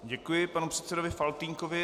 Děkuji panu předsedovi Faltýnkovi.